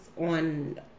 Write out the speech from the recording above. on